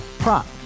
Prop